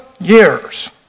years